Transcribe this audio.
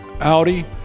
Audi